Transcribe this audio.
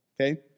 okay